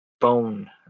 bone